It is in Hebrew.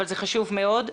אבל זה חשוב מאוד.